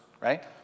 right